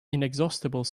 inexhaustible